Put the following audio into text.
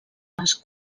les